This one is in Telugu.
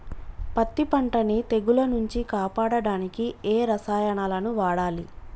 పత్తి పంటని తెగుల నుంచి కాపాడడానికి ఏ రసాయనాలను వాడాలి?